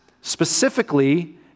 specifically